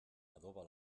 adoba